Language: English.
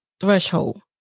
threshold